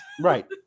Right